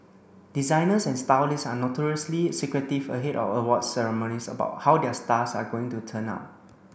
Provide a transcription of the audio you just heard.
designers and stylists are notoriously secretive ahead of awards ceremonies about how their stars are going to turn out